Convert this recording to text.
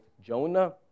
Jonah